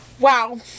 Wow